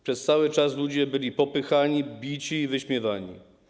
Przez cały czas ludzie byli popychani, bici i wyśmiewani.